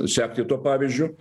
sekti tuo pavyzdžiu